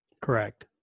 Correct